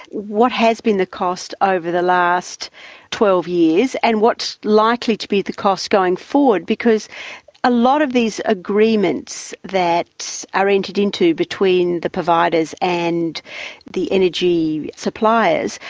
what has been the cost over the last twelve years, and what's likely to be the cost going forward? because a lot of these agreements that are entered into between the providers and the energy suppliers,